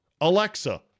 Alexa